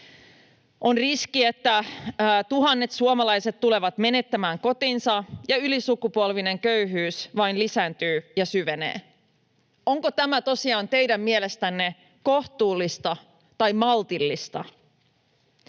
On riski, että tuhannet suomalaiset tulevat menettämään kotinsa ja ylisukupolvinen köyhyys vain lisääntyy ja syvenee. Onko tämä tosiaan teidän mielestänne kohtuullista tai maltillista?